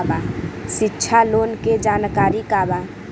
शिक्षा लोन के जानकारी का बा?